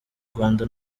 rwanda